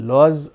Laws